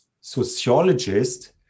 sociologist